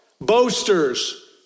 Boasters